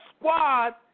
squad